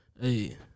hey